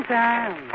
time